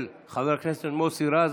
של חבר הכנסת מוסי רז.